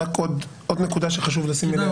רק עוד נקודה שחשוב לשים אליה